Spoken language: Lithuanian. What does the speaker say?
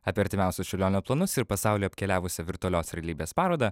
apie artimiausius čiurlionio planus ir pasaulio apkeliavusią virtualios realybės parodą